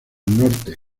norte